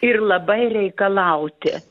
ir labai reikalauti